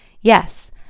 Yes